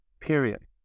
period